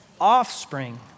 Offspring